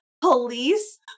police